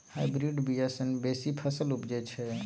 hybrid बीया सँ बेसी फसल उपजै छै